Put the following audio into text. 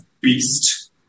Beast